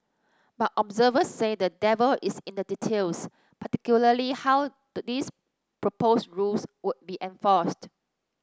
but observers say the devil is in the details particularly how the these proposed rules would be enforced